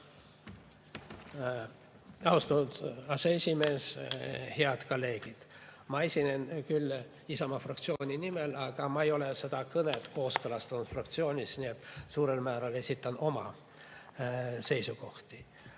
Austatud aseesimees! Head kolleegid! Ma esinen küll Isamaa fraktsiooni nimel, aga ma ei ole seda kõnet kooskõlastanud fraktsioonis, nii et suurel määral esitan oma seisukohti. Nagu